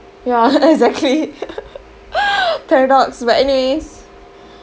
ya exactly paradox but anyways